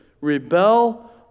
rebel